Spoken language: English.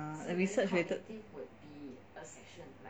ah and research related